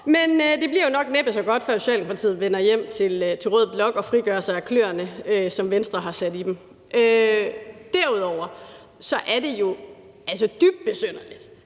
men det bliver nok næppe så godt, før Socialdemokratiet vender hjem til rød blok og frigør sig fra kløerne, som Venstre har sat i dem. Derudover er det jo altså dybt besynderligt,